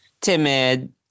timid